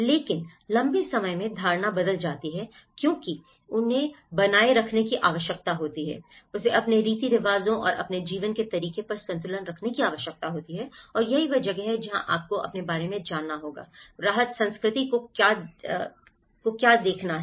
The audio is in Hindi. लेकिन लंबे समय में धारणा बदल जाती है क्योंकि उसे बनाए रखने की आवश्यकता होती है उसे अपने रीति रिवाजों और अपने जीवन के तरीके पर संतुलन रखने की आवश्यकता होती है और यही वह जगह है जहां आपको अपने बारे में जानना होगा राहत संस्कृति को क्या देखना है